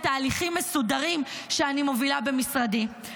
תהליכים מסודרים שאני מובילה במשרדי,